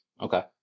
Okay